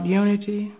unity